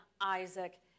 Isaac